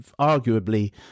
arguably